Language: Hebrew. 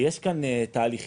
יש כאן תהליכים.